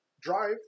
drive